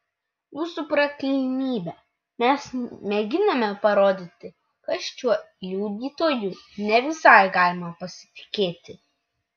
jūsų prakilnybe mes mėginame parodyti kad šiuo liudytoju ne visai galima pasitikėti